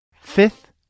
Fifth